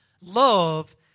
love